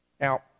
Now